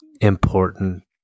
important